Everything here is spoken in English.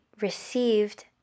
received